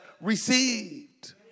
received